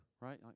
Right